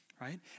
right